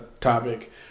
topic